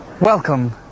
Welcome